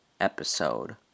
episode